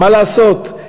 מה לעשות,